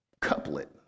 couplet